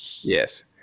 yes